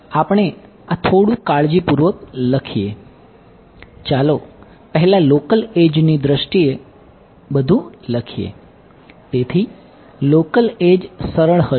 ત્યાં થોડી જટિલતા સરળ હશે